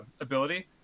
ability